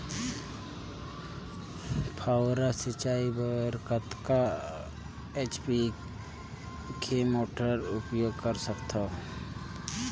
फव्वारा सिंचाई बर कतका एच.पी के मोटर उपयोग कर सकथव?